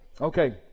Okay